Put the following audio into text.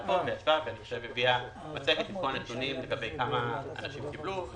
ישבה פה והביאה מצגת עם כל הנתונים לגבי כמה אנשים קיבלו,